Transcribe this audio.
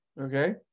Okay